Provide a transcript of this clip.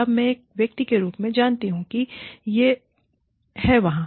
अब मैं एक व्यक्ति के रूप में जानती हूं कि यह है वहाँ